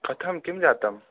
कथं किं जातं